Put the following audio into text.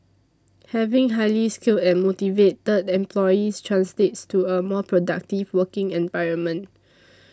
having highly skilled and motivated employees translates to a more productive working environment